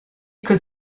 could